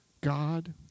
God